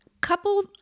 Couple